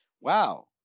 Wow